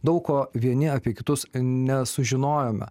daug ko vieni apie kitus nesužinojome